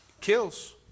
Kills